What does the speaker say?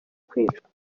kwicwa